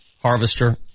Harvester